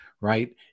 right